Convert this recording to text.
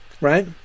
right